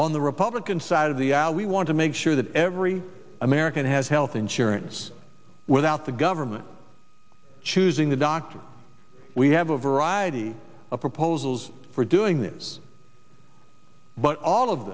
on the republican side of the al we want to make sure that every american has health insurance without the government choosing the doctor we have a variety of proposals for doing this but all of